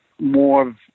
more